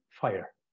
fire